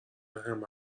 همه